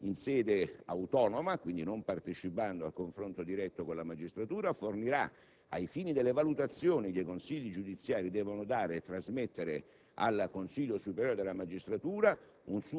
Questo vuol dire che il Consiglio dell'Ordine degli avvocati in sede autonoma - quindi, non partecipando al confronto diretto con la magistratura - fornirà, ai fini delle valutazioni che i Consigli giudiziari devono dare e trasmettere